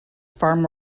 farm